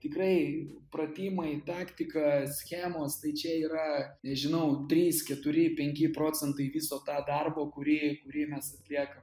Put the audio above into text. tikrai pratimai taktika schemos tai čia yra nežinau trys keturi penki procentai viso tą darbo kurį kurį mes atliekam